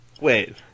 Wait